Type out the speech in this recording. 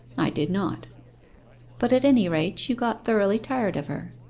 i did not but at any rate, you got thoroughly tired of her